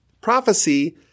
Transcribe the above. prophecy